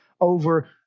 over